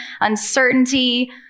uncertainty